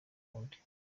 uwundi